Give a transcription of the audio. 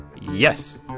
yes